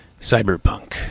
cyberpunk